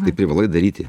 tai privalai daryti